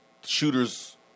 shooters